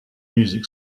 music